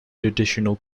traditional